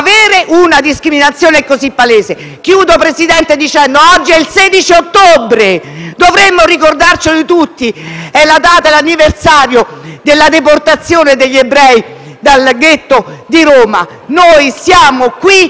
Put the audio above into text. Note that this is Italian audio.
avere una discriminazione così palese. Concludo, Presidente, ricordando che oggi è il 16 ottobre: dovremmo ricordarci tutti che è l'anniversario della deportazione degli ebrei dal ghetto di Roma. Noi, ancora